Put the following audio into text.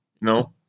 No